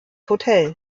hotel